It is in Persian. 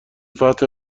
فتح